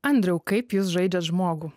andriau kaip jūs žaidžiat žmogų